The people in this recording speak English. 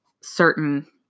certain